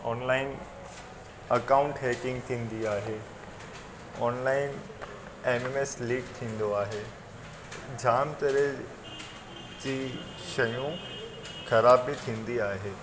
online account hacking थींदी आहे online M M S leak थींदो आहे जाम तरह जी शयूं ख़राब बि थींदी आहे